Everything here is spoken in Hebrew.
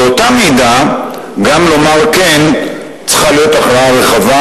באותה מידה גם כדי לומר כן צריכה להיות הכרעה רחבה,